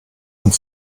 und